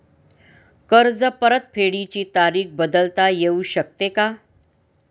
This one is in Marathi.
कर्ज परतफेडीची तारीख बदलता येऊ शकते का?